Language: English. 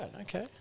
Okay